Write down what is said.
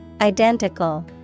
Identical